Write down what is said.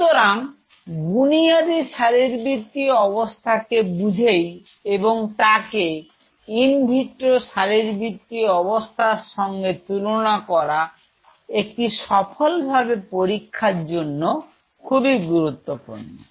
সুতরাং বুনিয়াদি শারীরবৃত্তীয় অবস্থাকে বুঝেই এবং তাকে ইনভিট্রো শারীরবৃত্তীয় অবস্থার সঙ্গে তুলনা করা একটি সফলভাবে পরীক্ষার জন্য খুবই গুরুত্বপূর্ণ